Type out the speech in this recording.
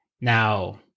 Now